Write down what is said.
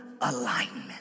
alignment